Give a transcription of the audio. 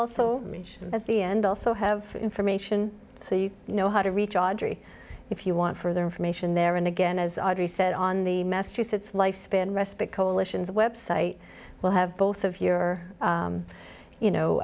also meet at the end also have information so you know how to reach audrey if you want further information there and again as audrey said on the massachusetts lifespan respite coalition's website will have both of your you know